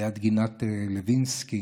ליד גינת לוינסקי,